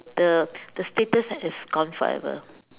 the the status that is gone forever